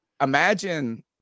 imagine